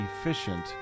efficient